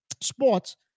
sports